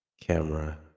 camera